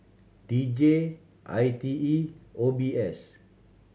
D J I T E O B S